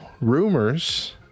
rumors